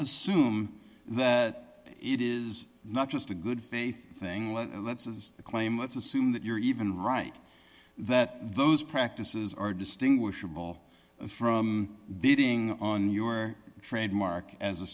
assume that it is not just a good faith thing let's as the claim let's assume that you're even right that those practices are distinguishable from beating on your trademark as a